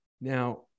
Now